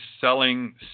selling